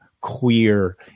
queer